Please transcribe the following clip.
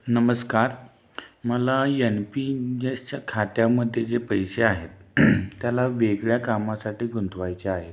नमस्कार मला N P जसच्या खात्यामध्ये जे पैसे आहेत त्याला वेगळ्या कामासाठी गुंतवायचे आहेत